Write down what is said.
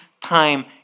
time